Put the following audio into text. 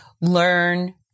learn